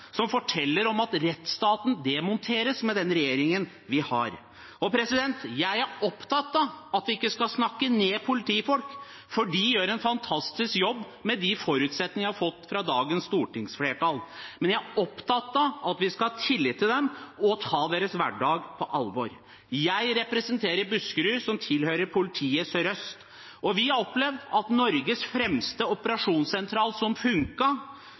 som forteller om at rettsstaten demonteres med den regjeringen vi har. Jeg er opptatt av at vi ikke skal snakke ned politifolk, for de gjør en fantastisk jobb med de forutsetningene de har fått fra dagens stortingsflertall. Jeg er opptatt av at vi skal ha tillit til dem og ta deres hverdag på alvor. Jeg representerer Buskerud, som tilhører Sør-Øst politidistrikt. Vi har opplevd at Norges fremste operasjonssentral som